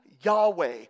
Yahweh